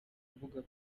avuga